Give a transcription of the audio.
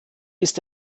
ist